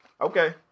Okay